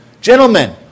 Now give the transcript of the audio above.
Gentlemen